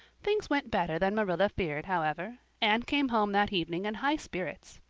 things went better than marilla feared, however. anne came home that evening in high spirits.